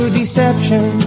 deception